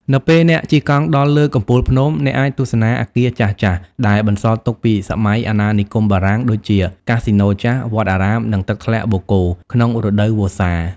នៅពេលអ្នកជិះកង់ដល់លើកំពូលភ្នំ អ្នកអាចទស្សនាអគារចាស់ៗដែលបន្សល់ទុកពីសម័យអាណានិគមបារាំង ដូចជា កាស៊ីណូចាស់ វត្តអារាម និងទឹកធ្លាក់បូកគោ ក្នុងរដូវវស្សា។